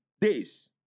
days